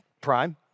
prime